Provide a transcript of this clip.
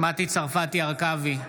מטי צרפתי הרכבי,